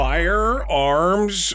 Firearms